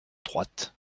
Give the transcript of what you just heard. droite